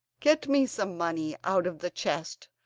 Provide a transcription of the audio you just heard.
get me some money out of the chest,